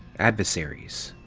adversaries.